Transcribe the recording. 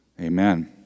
Amen